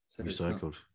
recycled